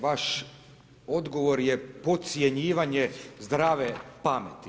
Vaš odgovor je podcjenjivanje zdrave pameti.